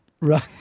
Right